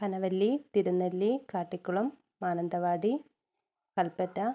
Panavalli Thirunelli Kattikulam Mananthavady Kalpetta